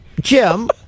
Jim